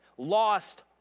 lost